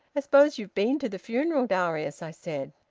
i suppose you've been to the funeral, darius i said.